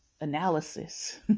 analysis